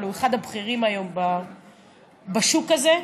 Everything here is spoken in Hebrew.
אבל הוא אחד הבכירים היום בשוק הזה,